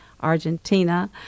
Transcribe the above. Argentina